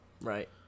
Right